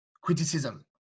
criticism